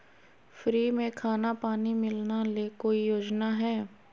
Free में खाना पानी मिलना ले कोइ योजना हय?